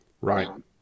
Right